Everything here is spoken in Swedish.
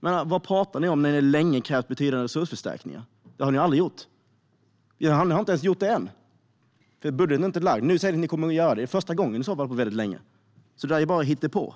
Vad pratar ni om när ni säger att ni länge har krävt betydande resursförstärkningar? Det har ni ju aldrig gjort. Ni har inte ens gjort det nu, för ert budgetförslag har ännu inte lagts fram. Nu säger ni att ni kommer att göra det, och det är i så fall första gången på väldigt länge. Det ni säger är bara hittepå.